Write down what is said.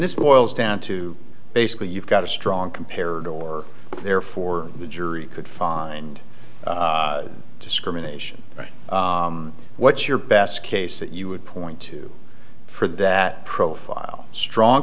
this boils down to basically you've got a strong compared or therefore the jury could find discrimination but what's your best case that you would point to for that profile strong